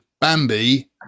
Bambi